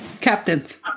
captains